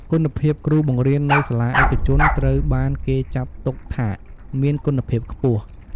គុណភាពគ្រូបង្រៀន នៅសាលាឯកជនត្រូវបានគេចាត់ទុកថាមានគុណភាពខ្ពស់។